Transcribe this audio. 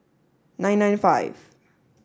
nine nine five